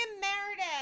Meredith